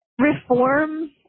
reform